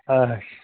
آش